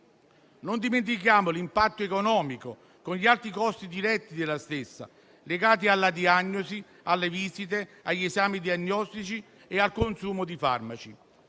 Non dimentichiamo l'impatto economico, con gli alti costi diretti della stessa, legati alla diagnosi, alle visite, agli esami diagnostici e al consumo di farmaci.